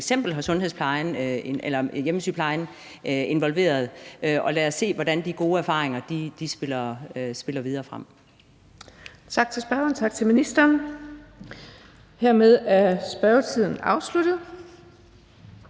f.eks. har hjemmesygeplejen involveret. Lad os se, hvordan de gode erfaringer spiller videre frem.